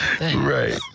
Right